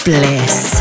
Bliss